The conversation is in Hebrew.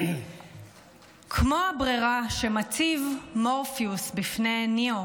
כמו הברירה שמציב מורפיוס בפני ניאו